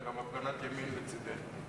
היתה גם הפגנת ימין לצדנו.